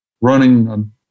running